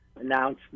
announcement